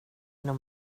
nog